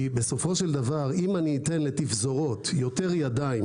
כי בסופו של דבר אם אני אתן לפזורות יותר ידיים